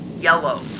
yellow